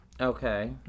Okay